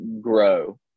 grow